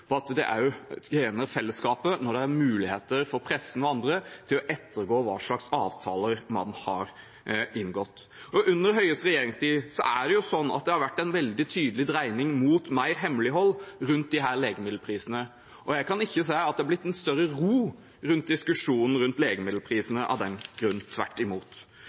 på at det også tjener fellesskapet når det er mulig for pressen og andre å ettergå hva slags avtaler man har inngått. Under Høies regjeringstid har det vært en veldig tydelig dreining mot mer hemmelighold rundt disse legemiddelprisene, og jeg kan ikke se at det er blitt mer ro rundt diskusjonen om legemiddelprisene av den grunn – tvert imot.